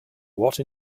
what